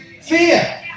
fear